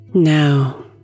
Now